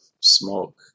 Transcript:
smoke